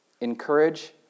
encourage